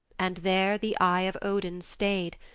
and there the eye of odin stayed,